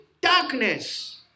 darkness